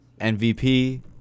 MVP